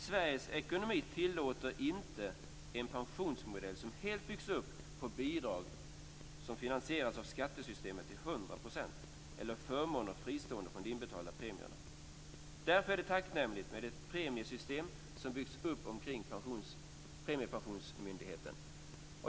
Sveriges ekonomi tillåter inte en pensionsmodell som helt byggs upp på bidrag som finansieras av skattesystemet till hundra procent eller förmåner fristående från inbetalda premier. Därför är det tacknämligt med ett premiesystem som byggts upp omkring Premiepensionsmyndigheten.